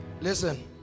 Listen